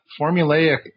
formulaic